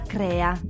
Crea